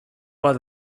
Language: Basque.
bat